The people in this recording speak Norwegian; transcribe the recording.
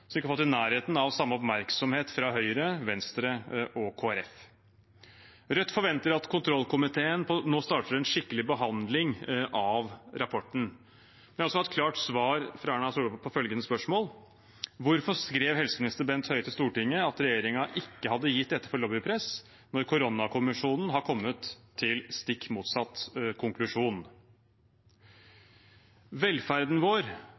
som ikke har fått i nærheten av samme oppmerksomhet fra Høyre, Venstre og Kristelig Folkeparti. Rødt forventer at kontrollkomiteen nå starter en skikkelig behandling av rapporten. Vi må også ha et klart svar fra Erna Solberg på følgende spørsmål: Hvorfor skrev helseminister Bent Høie til Stortinget at regjeringen ikke hadde gitt etter for lobbypress, når koronakommisjonen har kommet til stikk motsatt konklusjon? Velferden vår,